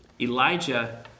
Elijah